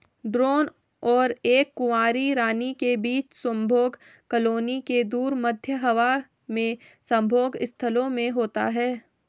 drone और एक कुंवारी रानी के बीच संभोग कॉलोनी से दूर, मध्य हवा में संभोग स्थलों में होता है